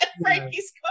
Frankie's